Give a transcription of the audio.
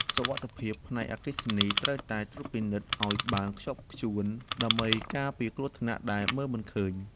សុវត្ថិភាពផ្នែកអគ្គិសនីត្រូវតែត្រួតពិនិត្យឱ្យបានខ្ជាប់ខ្ជួនដើម្បីការពារគ្រោះថ្នាក់ដែលមើលមិនឃើញ។